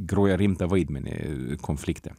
groja rimtą vaidmenį konflikte